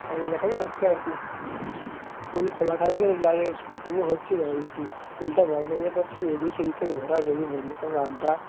ওই রকমই হচ্ছে আর কি স্কুল খোলা থাকলে যাই হোক তবু হচ্ছিল স্কুলটা বন্ধ হয়ে যাওয়ার পর থেকে এদিক সেদিক করে ঘোরাঘুরি বন্ধুর সঙ্গে আড্ডা